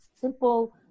simple